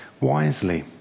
wisely